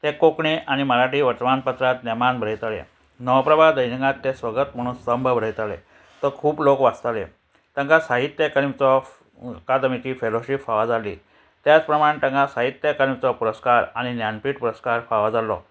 ते कोंकणी आनी मराठी वर्तमानपत्रांत नेमान बरयताले नवप्रभा दैनिकांत ते स्वगत म्हणून स्तंभ बरयताले तो खूब लोक वाचताले तांकां साहित्य अकदमीचो एकादमीची फेलोशीप फावो जाली तेच प्रमाण तांकां साहित्य अकादमीचो पुरस्कार आनी ज्ञानपीठ पुरस्कार फावो जालो